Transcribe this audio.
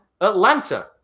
Atlanta